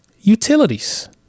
utilities